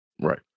Right